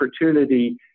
opportunity